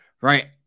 Right